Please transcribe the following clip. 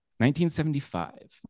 1975